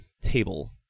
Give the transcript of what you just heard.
table